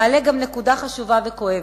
מעלה גם נקודה חשובה וכואבת.